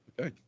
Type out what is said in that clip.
Okay